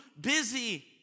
busy